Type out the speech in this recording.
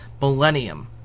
millennium